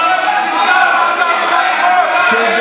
עבאס, שב,